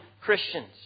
Christians